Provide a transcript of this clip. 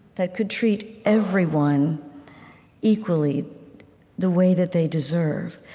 that could treat everyone equally the way that they deserve.